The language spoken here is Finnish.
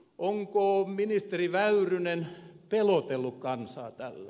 onko ministeri väyrynen pelotellut kansaa tällä